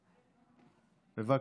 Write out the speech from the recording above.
בבקשה.